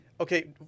Okay